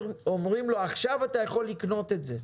ואומרים לו: עכשיו אתה יכול לקנות את זה,